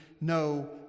no